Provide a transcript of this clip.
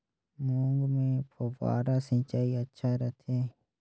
मूंग मे फव्वारा सिंचाई अच्छा रथे?